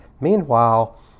Meanwhile